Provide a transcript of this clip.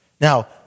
Now